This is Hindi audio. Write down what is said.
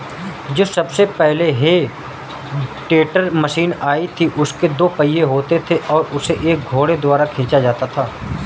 जो सबसे पहले हे टेडर मशीन आई थी उसके दो पहिये होते थे और उसे एक घोड़े द्वारा खीचा जाता था